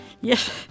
Yes